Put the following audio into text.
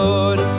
Lord